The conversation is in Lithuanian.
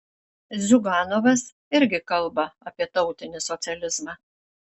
ziuganovas irgi kalba apie tautinį socializmą